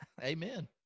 Amen